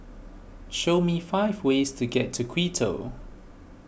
show me five ways to get to Quito